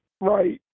right